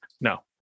No